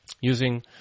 Using